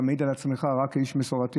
אתה מעיד על עצמך רק כאיש מסורתי,